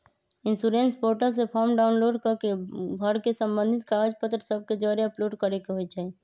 insurance portal से form download कऽ के भर के संबंधित कागज पत्र सभ के जौरे अपलोड करेके होइ छइ